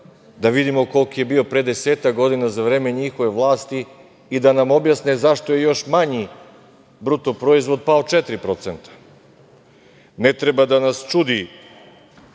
da vidimo koliki je bio pre deseta godina za vreme njihove vlasti i da nam objasne zašto je još manji BDP pao 4%. Ne treba da nas čudi